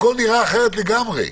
הכול נראה אחרת לגמרי.